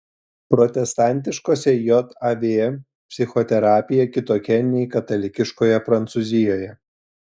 protestantiškose jav psichoterapija kitokia nei katalikiškoje prancūzijoje